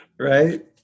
Right